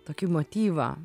tokį motyvą